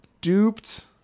duped